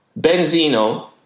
Benzino